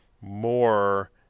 more